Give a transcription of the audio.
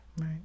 Right